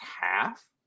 half